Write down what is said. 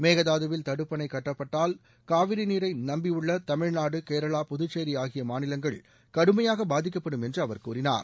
மேகதாதுவில் தடுப்பணை கட்டப்பட்டால் காவிரி நீரை நம்பியுள்ள தமிழ்நாடு கேரளா புதுச்சேரி ஆகிய மாநிலங்கள் கடுமையாக பாதிக்கப்படும் என்று அவர் கூறினார்